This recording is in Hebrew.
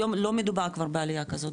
היום לא מדובר כבר בעלייה כזאת,